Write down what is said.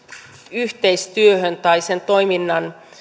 yhteistyöhön tai sen toiminnan